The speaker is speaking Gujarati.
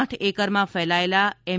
આઠ એકરમાં ફેલાયેલા એમ